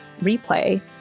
replay